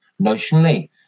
notionally